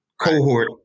cohort